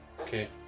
Okay